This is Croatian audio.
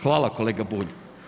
Hvala, kolega Bulj.